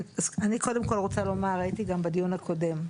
אני קודם כל רוצה לומר הייתי גם בדיון הקודם.